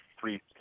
three